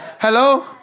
Hello